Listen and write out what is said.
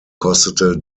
kostete